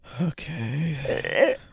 okay